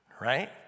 Right